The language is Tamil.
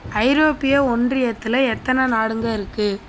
ஐரோப்பிய ஒன்றியத்தில் எத்தனை நாடுங்கள் இருக்குது